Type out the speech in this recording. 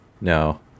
No